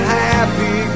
happy